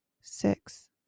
six